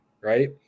Right